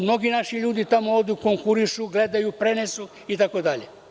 Mnogi naši ljudi tamo odu, konkurišu, gledaju, prenesu itd.